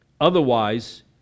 Otherwise